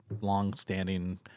longstanding